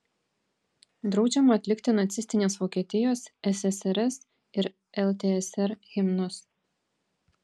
draudžiama atlikti nacistinės vokietijos ssrs ir ltsr himnus